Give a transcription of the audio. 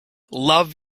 love